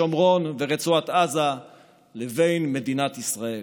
שומרון ורצועת עזה לבין מדינת ישראל.